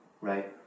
Right